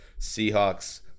Seahawks